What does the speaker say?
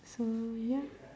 so ya